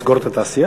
תסגור את התעשייה?